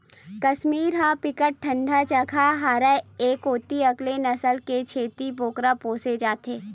कस्मीर ह बिकट ठंडा जघा हरय ए कोती अलगे नसल के छेरी बोकरा पोसे जाथे